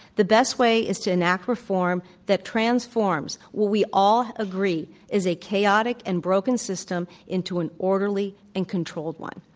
the best way is to enact reform that transforms what we all agree is a chaotic and broken system into an orderly and controlled one,